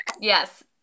Yes